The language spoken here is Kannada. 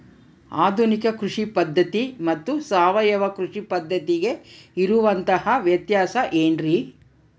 ಆಧುನಿಕ ಕೃಷಿ ಪದ್ಧತಿ ಮತ್ತು ಸಾವಯವ ಕೃಷಿ ಪದ್ಧತಿಗೆ ಇರುವಂತಂಹ ವ್ಯತ್ಯಾಸ ಏನ್ರಿ?